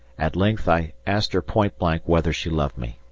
at length i asked her point-blank whether she loved me.